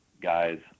guys